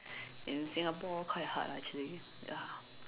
in Singapore quite hard lah actually ya